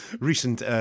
recent